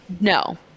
no